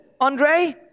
Andre